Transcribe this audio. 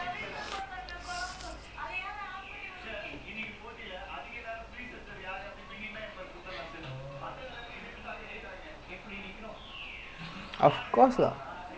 but அவங்க சொன்னாங்க:avanga sonnaanga like is worse in a sense that like um like like I_B மாரி இல்ல:maari illa like you can't just err five like that then last year like ஒழுங்கா படிக்க:olungaa padikka you need to consistently do